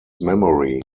memory